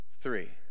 Three